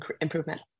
improvement